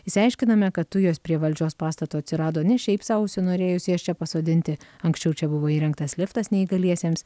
išsiaiškiname kad tu juos prie valdžios pastato atsirado ne šiaip sau užsinorėjus jas čia pasodinti anksčiau čia buvo įrengtas liftas neįgaliesiems